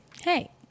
hey